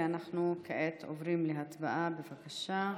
אנחנו כעת עוברים להצבעה, בבקשה.